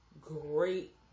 great